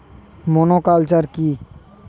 Monoculture কি?